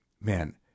man